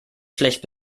schlecht